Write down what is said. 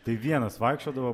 tai vienas vaikščiodavo